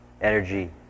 Energy